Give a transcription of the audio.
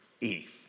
Eve